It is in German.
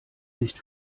nicht